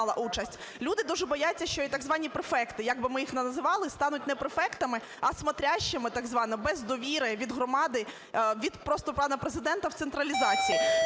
люди дуже бояться, що і так звані префекти, як би ми їх не називали, стануть не префектами, а "смотрящими" так званими без довіри від громади, від просто пана Президента в централізації.